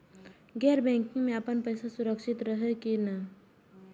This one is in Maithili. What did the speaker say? गैर बैकिंग में अपन पैसा सुरक्षित रहैत कि नहिं?